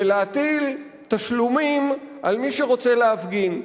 ולהטיל תשלומים על מי שרוצה להפגין.